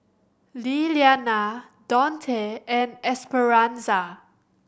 Lillianna Donte and Esperanza